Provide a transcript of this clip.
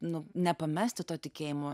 nu nepamesti to tikėjimo